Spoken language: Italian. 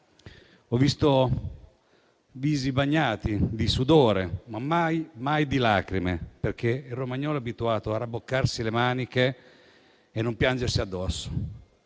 Ho visto visi bagnati di sudore, ma mai di lacrime, perché il romagnolo è abituato a rimboccarsi le maniche e a non piangersi addosso.